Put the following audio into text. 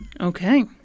Okay